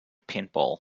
paintball